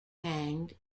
hanged